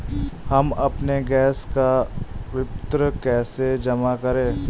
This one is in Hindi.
हम अपने गैस का विपत्र कैसे जमा करें?